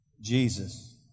Jesus